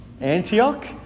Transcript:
Antioch